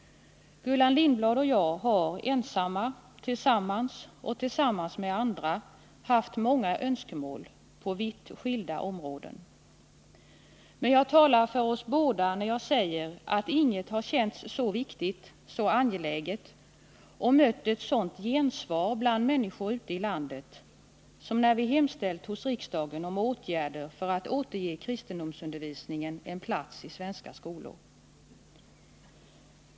Gullan Lindblad och jag har ensamma, tillsammans och tillsammans med andra haft många önskemål, på vitt skilda områden. Men jag talar för oss båda när jag säger, att inget känts så viktigt, så angeläget — och mött ett sådant gensvar bland människor ute i vårt land — som när vi hemställt hos riksdagen om åtgärder för att återge kristendomsundervisningen en plats i svenska skolor.